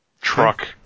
truck